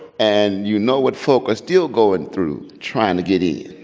and you know what folk are still going through trying to get in.